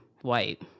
white